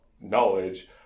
knowledge